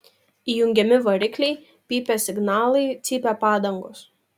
įjungiami varikliai pypia signalai cypia padangos